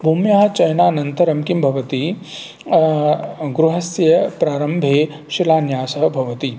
भूम्याः चयनानन्तरं किं भवति गृहस्य प्रारम्भे शिलान्यासः भवति